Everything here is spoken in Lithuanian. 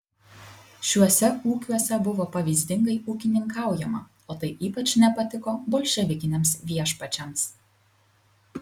šiuose ūkiuose buvo pavyzdingai ūkininkaujama o tai ypač nepatiko bolševikiniams viešpačiams